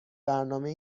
برنامه